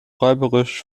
räuberisch